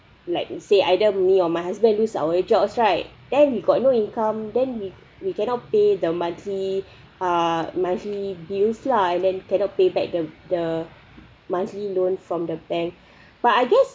like you say either me or my husband lose our jobs right then you got no income then we we cannot pay the monthly uh monthly bills lah and then cannot pay back the the monthly loan from the bank but I guess